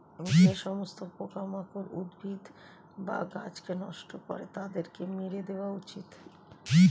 যে সমস্ত পোকামাকড় উদ্ভিদ বা গাছকে নষ্ট করে তাদেরকে মেরে দেওয়া উচিত